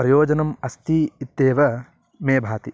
प्रयोजनम् अस्ति इत्येव मे भाति